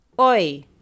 Oi